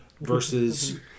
versus